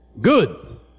good